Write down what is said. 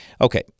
Okay